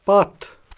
پتھ